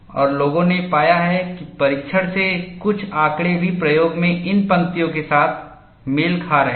और लोगों ने पाया है कि परीक्षण से कुछ आंकड़े भी प्रयोग में इन पंक्तियों के साथ मेल खा रहे हैं